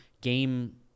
game